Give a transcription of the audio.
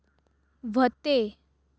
व्हते